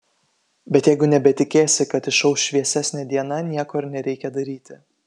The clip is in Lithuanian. bet jeigu nebetikėsi kad išauš šviesesnė diena nieko ir nereikia daryti